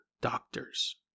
doctors